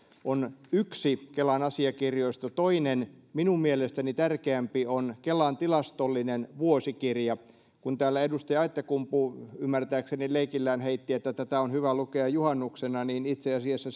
on yksi kelan asiakirjoista toinen minun mielestäni tärkeämpi on kelan tilastollinen vuosikirja kun täällä edustaja aittakumpu ymmärtääkseni leikillään heitti että tätä on hyvä lukea juhannuksena niin itse asiassa